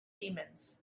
demons